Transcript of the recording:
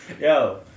Yo